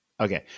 okay